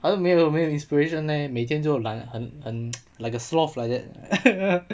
好像没有没有 inspiration leh 每天就懒得很很 like a sloth like that